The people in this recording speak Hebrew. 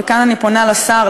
וכאן אני פונה אל השר,